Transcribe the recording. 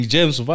James